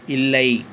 இல்லை